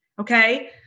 Okay